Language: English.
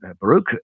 Baroque